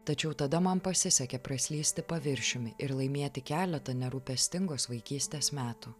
tačiau tada man pasisekė praslysti paviršiumi ir laimėti keletą nerūpestingos vaikystės metų